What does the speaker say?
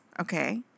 okay